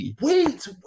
wait